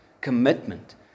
commitment